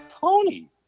Tony